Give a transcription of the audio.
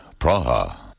Praha. (